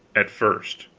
at first.